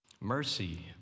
Mercy